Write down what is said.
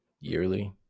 yearly